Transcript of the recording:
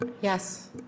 Yes